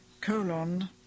colon